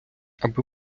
аби